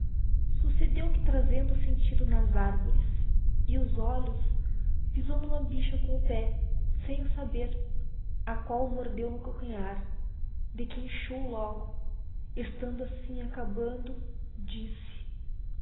succedeo que trazendo o sentido nas arvores e os olhos pizou huma bicha com o pé sem o saber a qual o mordeo no calcanhar de que inchou logo estando assim acabando disse